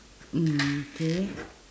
mm okay